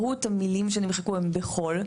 מהות המילים שנמחקו הם "בכל",